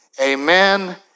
amen